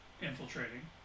infiltrating